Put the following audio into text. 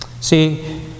See